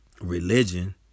religion